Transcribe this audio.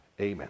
Amen